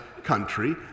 country